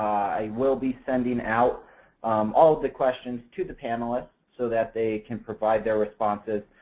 i will be sending out all of the questions to the panelists so that they can provide their responses.